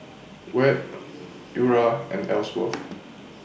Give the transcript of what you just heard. Webb Eura and Ellsworth